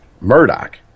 Murdoch